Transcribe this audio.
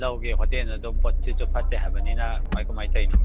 ꯂꯧꯒꯦ ꯍꯣꯇꯦꯜꯗ ꯑꯗꯨꯝ ꯄꯣꯠꯁꯤꯠꯁꯨ ꯐꯠꯇꯦ ꯍꯥꯏꯕꯅꯤꯅ ꯀꯃꯥꯏ ꯀꯃꯥꯏ ꯇꯧꯔꯤꯅꯣ